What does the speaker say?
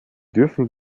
dürfen